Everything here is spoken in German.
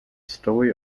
story